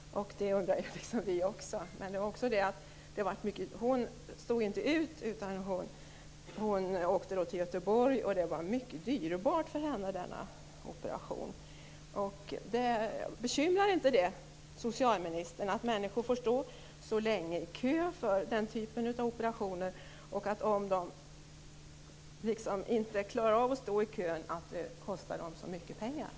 Och det undrar vi också. Hon stod inte ut utan åkte till Göteborg, och det blev en mycket dyrbar operation för henne. Bekymrar det inte socialministern att människor får stå så länge i kö för den typen av operationer och att det kostar dem så mycket pengar om de inte klarar av att stå i kö?